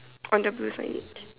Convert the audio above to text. on the blue signage